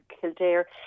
Kildare